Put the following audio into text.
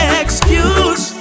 excuse